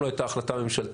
מעולם לא הייתה החלטה ממשלתית